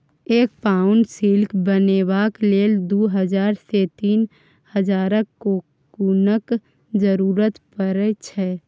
एक pound silk बनेबाक लेल दु हजार सँ तीन हजारक कोकुनक जरुरत परै छै